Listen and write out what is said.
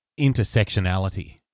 intersectionality